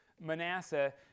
Manasseh